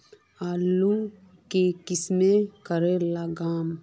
आलूर की किसम करे लागम?